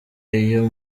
iyo